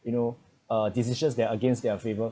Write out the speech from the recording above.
you know uh decisions that against their flavour